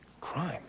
Crime